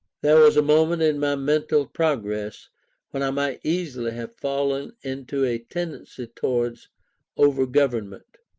there was a moment in my mental progress when i might easily have fallen into a tendency towards over-government,